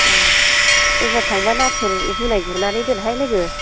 औ एबार थांब्ला नाथुर जुनाय गुरनानै दोनहाय लोगो